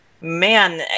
man